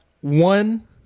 One